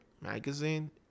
magazine